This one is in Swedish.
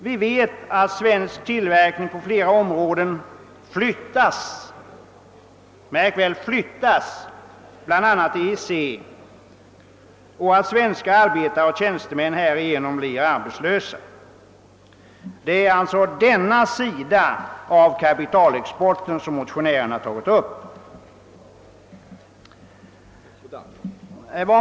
Vi vet att svensk tillverkning på flera områden flyttas bl.a. till EEC länder och att svenska arbetare och tjänstemän härigenom blir arbetslösa. Det är denna sida av kapitalexporten som motionärerna har tagit upp.